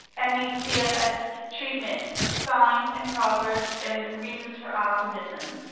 and me cfs treatment, signs, and progress, and reasons for optimism.